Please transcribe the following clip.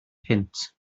punt